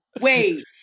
wait